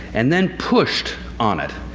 and then pushed on it.